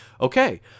okay